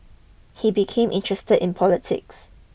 he became interested in politics